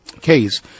case